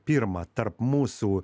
pirma tarp mūsų